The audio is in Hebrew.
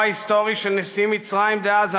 ההיסטורי בישראל של נשיא מצרים דאז,